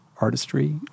artistry